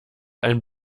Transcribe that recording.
ein